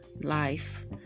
life